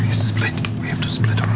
split, we have to split